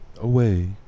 Away